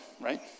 right